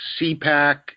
CPAC